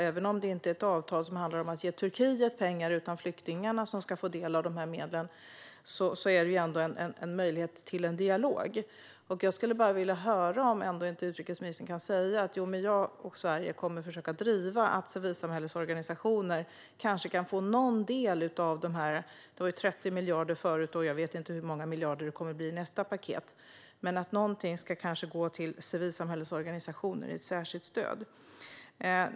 Även om det inte är ett avtal som handlar om att ge Turkiet pengar - det är flyktingarna som ska få del av dessa medel - är det ändå en möjlighet till dialog. Jag skulle bara vilja höra om inte utrikesministern kan säga att hon och Sverige kommer att försöka driva att civilsamhällesorganisationer kanske ska kunna få någon del av medlen. Det var 30 miljarder förut, och jag vet inte hur många miljarder det kommer att bli i nästa paket. Men kanske kan någonting gå till civilsamhällesorganisationer genom ett särskilt stöd.